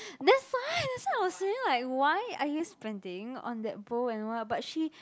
that's why that's why I was saying like why are you spending on that bow and what but she